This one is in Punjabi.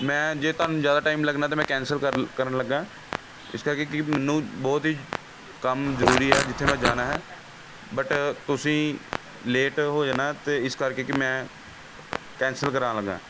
ਮੈਂ ਜੇ ਤੁਹਾਨੂੰ ਜ਼ਿਆਦਾ ਟਾਈਮ ਲੱਗਣਾ ਤਾਂ ਮੈਂ ਕੈਂਸਲ ਕਰਨ ਕਰਨ ਲੱਗਾ ਇਸ ਕਰਕੇ ਕਿ ਮੈਨੂੰ ਬਹੁਤ ਹੀ ਕੰਮ ਜ਼ਰੂਰੀ ਹੈ ਜਿੱਥੇ ਮੈਂ ਜਾਣਾ ਹੈ ਬਟ ਤੁਸੀਂ ਲੇਟ ਹੋ ਜਾਣਾ ਅਤੇ ਇਸ ਕਰਕੇ ਕਿ ਮੈਂ ਕੈਂਸਲ ਕਰਾਣ ਲੱਗਾ